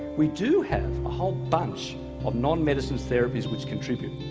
we do have a whole bunch of non-medicine therapies which contribute.